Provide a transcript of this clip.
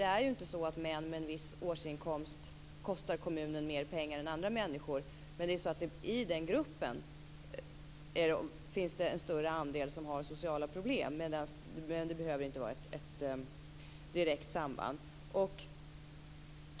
Det är ju inte så att män med en viss årsinkomst kostar kommunen mer pengar än andra människor. I den gruppen kan det finnas en större andel med sociala problem, men det behöver inte vara ett direkt samband.